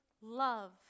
love